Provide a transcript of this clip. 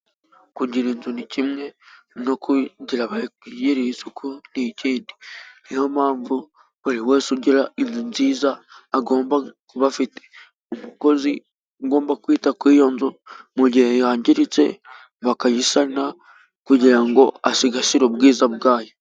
Kugira inzu ni kimwe no kugira abayigirira isuku ni ikindi. Ni yo mpamvu buri wese ugira inkuru nziza agomba kuba afite umukozi ugomba kwita kuri iyo nzu mu gihe yangiritse bakayisana kugira ngo asigasire ubwiza bwayo.